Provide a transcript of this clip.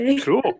Cool